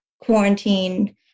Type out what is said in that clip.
quarantine